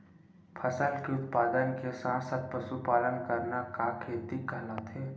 फसल के उत्पादन के साथ साथ पशुपालन करना का खेती कहलाथे?